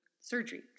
Surgery